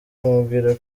amubwira